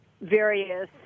various